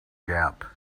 gap